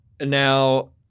Now